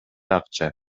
акча